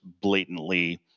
blatantly